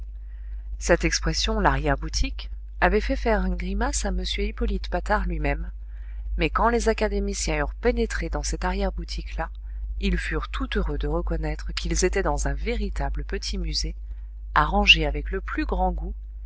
cette expression l'arrière-boutique avait fait faire une grimace à m hippolyte patard lui-même mais quand les académiciens eurent pénétré dans cette arrière boutique là ils furent tout heureux de reconnaître qu'ils étaient dans un véritable petit musée arrangé avec le plus grand goût